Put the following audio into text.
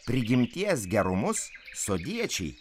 prigimties gerumus sodiečiai